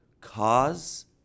cause